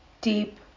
deep